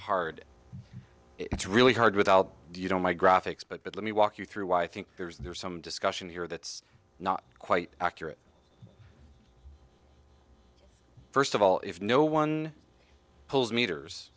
hard it's really hard without you know my graphics but let me walk you through i think there's some discussion here that's not quite accurate first of all if no one pulls meters